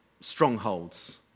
strongholds